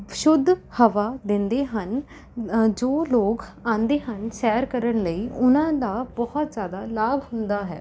ਸ਼ੁੱਧ ਹਵਾ ਦਿੰਦੇ ਹਨ ਜੋ ਲੋਕ ਆਉਂਦੇ ਹਨ ਸੈਰ ਕਰਨ ਲਈ ਉਨ੍ਹਾਂ ਦਾ ਬਹੁਤ ਜ਼ਿਆਦਾ ਲਾਭ ਹੁੰਦਾ ਹੈ